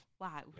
Wow